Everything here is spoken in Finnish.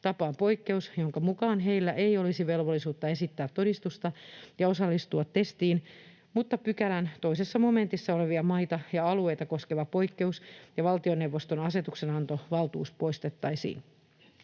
tapaan poikkeus, jonka mukaan heillä ei olisi velvollisuutta esittää todistusta tai osallistua testiin, mutta pykälän 2 momentissa oleva maita ja alueita koskeva poikkeus ja valtioneuvoston asetuksenantovaltuus poistettaisiin.